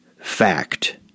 fact